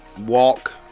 walk